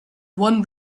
one